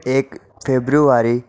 એક ફેબ્રુઆરી